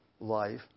life